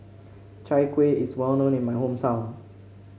Chai Kuih is well known in my hometown